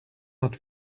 not